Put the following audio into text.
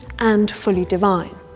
and fully divine.